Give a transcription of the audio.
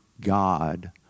God